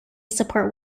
support